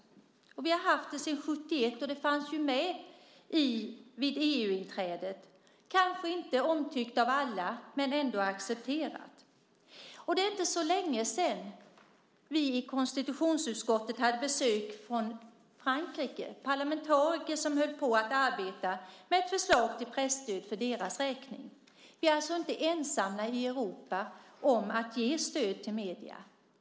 Vi har haft det sedan 1971 och det fanns med vid EU-inträdet, kanske inte omtyckt av alla men ändå accepterat. Det är inte så länge sedan vi i konstitutionsutskottet hade besök från Frankrike. Det var parlamentariker som höll på att arbeta med ett förslag till presstöd för deras räkning. Vi är alltså inte ensamma i Europa om att ge stöd till medierna.